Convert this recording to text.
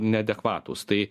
neadekvatūs tai